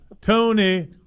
Tony